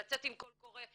לצאת עם קול קורא,